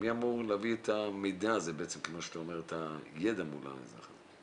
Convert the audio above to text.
מי אמור להביא את המידע הזה, את הידע מול האזרחים?